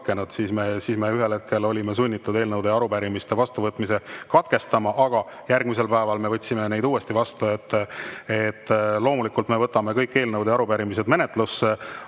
siis me ühel hetkel olime sunnitud eelnõude ja arupärimiste vastuvõtmise katkestama. Järgmisel päeval me võtsime neid uuesti vastu. Loomulikult me võtame kõik eelnõud ja arupärimised menetlusse.